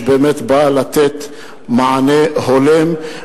שבאמת באה לתת מענה הולם,